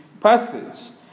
passage